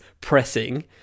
pressing